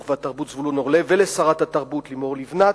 והתרבות זבולון אורלב ולשרת התרבות לימור לבנת,